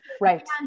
right